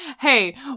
Hey